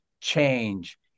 change